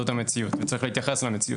זאת המציאות וצריך להתייחס למציאות.